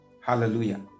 hallelujah